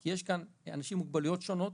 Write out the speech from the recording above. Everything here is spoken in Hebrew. כי יש אנשים עם מוגבלויות שונות,